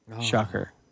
Shocker